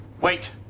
Wait